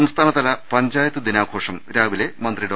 സംസ്ഥാനതല പഞ്ചായത്ത് ദിനാഘോഷം രാവിലെ മന്ത്രി ഡോ